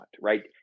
right